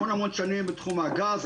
המון שנים בתחום הגז,